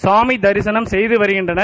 கவாமி தரிசனம் செய்து வருகின்றனர்